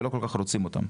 ולא כל כך רוצים אותם,